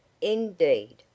Indeed